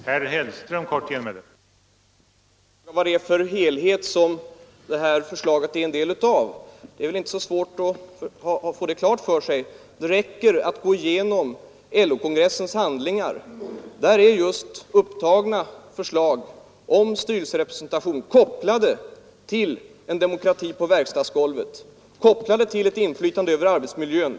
Herr talman! Herr Hagberg frågar vilken helhet detta förslag är en del av. Om man läser och försöker sätta sig in i LO-kongressens handlingar blir det klart vad som menas med den helheten. Där finns förslag om styrelserepresentation kopplade till en demokrati på verkstadsgolvet, kopplade till ett inflytande över arbetsmiljön.